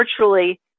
virtually